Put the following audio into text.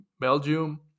Belgium